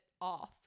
off